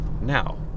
now